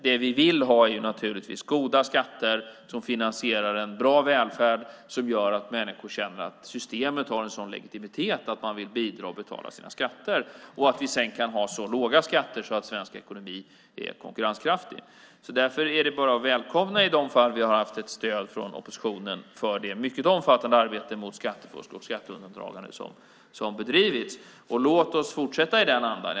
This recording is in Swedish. Det vi vill ha är naturligtvis goda skatter som finansierar en bra välfärd som gör att människor känner att systemet har en sådan legitimitet att de vill bidra och vill betala sina skatter. Vidare handlar det om att kunna ha så låga skatter att svensk ekonomi är konkurrenskraftig. Därför är det bara att välkomna det stöd, i de fall vi haft det, från oppositionen för det mycket omfattande arbete mot skattefusk och skatteundandragande som bedrivits. Låt oss fortsätta i den andan!